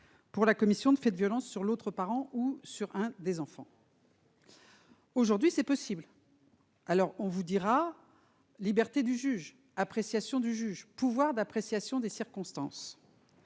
pour la commission de faits de violence sur l'autre parent ou sur l'un des enfants ? Aujourd'hui, c'est possible ! On vous dira :« liberté du juge »,« appréciation du magistrat »,« pouvoir d'appréciation des circonstances